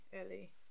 early